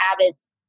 habits